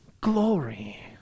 glory